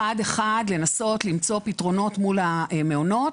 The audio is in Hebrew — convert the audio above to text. אחד-אחד לנסות למצוא פתרונות מול המעונות.